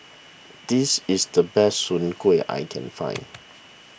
this is the best Soon Kway I can find